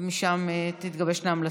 ומשם תתגבשנה ההמלצות.